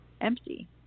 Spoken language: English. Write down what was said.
empty